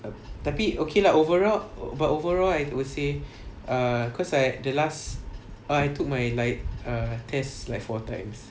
tapi okay lah overall but overall I would say err cause I the last err I took my like err test like four times